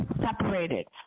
separated